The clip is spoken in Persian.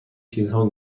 چیزها